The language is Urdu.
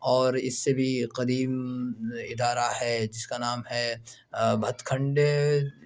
اور اِس سے بھی قدیم ادارہ ہے جس کا نام ہے بھتکھنڈے